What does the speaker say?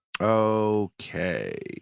Okay